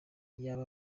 iyaba